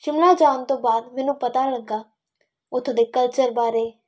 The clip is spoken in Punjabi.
ਸ਼ਿਮਲਾ ਜਾਣ ਤੋਂ ਬਾਅਦ ਮੈਨੂੰ ਪਤਾ ਲੱਗਾ ਉੱਥੋਂ ਦੇ ਕਲਚਰ ਬਾਰੇ